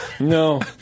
No